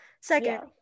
second